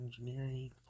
engineering